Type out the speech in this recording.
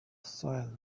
silent